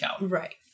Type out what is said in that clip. right